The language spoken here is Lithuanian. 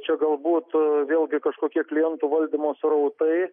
čia galbūt vėlgi kažkokie klientų valdymo srautai